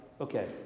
Okay